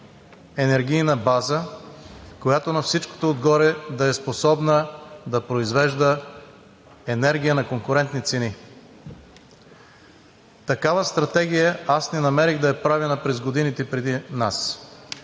енергийна база, която на всичкото отгоре да е способна да произвежда енергия на конкурентни цени. Такава стратегия аз не намерих да е правена през годините преди нас.